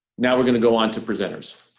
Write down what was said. now we're gonna go on to presenters